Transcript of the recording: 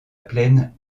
plaine